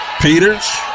Peters